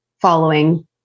following